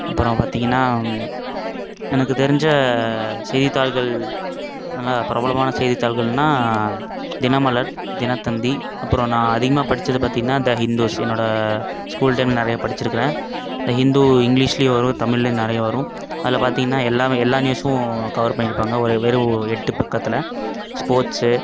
அப்புறம் பார்த்திங்கன்னா எனக்கு தெரிஞ்ச செய்தித்தாள்கள் நல்லா பிரபலமான செய்தித்தாள்கள்னா தினமலர் தினத்தந்தி அப்புறம் நான் அதிகமாக படித்தது பார்த்திங்கன்னா த ஹிந்துஸ் என்னோடய ஸ்கூல் டைம் நிறைய படிச்சிருக்கேன் த ஹிந்து இங்கிலீஷ்லேயும் வரும் தமிழ்லேயும் நிறைய வரும் அதில் பார்த்திங்கன்னா எல்லாமே எல்லா நியுஸும் கவர் பண்ணியிருப்பாங்க ஒரு வெறும் எட்டு பக்கத்தில் ஸ்போர்ட்ஸ்